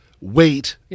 wait